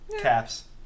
caps